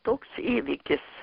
toks įvykis